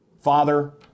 Father